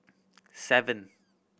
seven